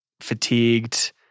fatigued